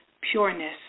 pureness